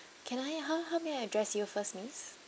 can I how how may I address you first miss